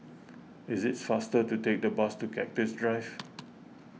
is it faster to take the bus to Cactus Drive